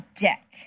deck